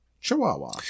Chihuahua